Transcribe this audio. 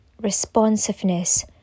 responsiveness